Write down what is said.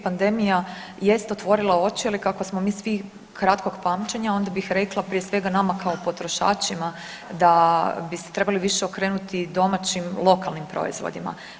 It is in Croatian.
Pandemija jest otvorila oči, ali kako smo mi svi kratkog pamćenja onda bih rekla prije svega nama kao potrošačima da bi se trebali više okrenuti domaćim lokalnim proizvodima.